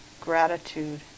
gratitude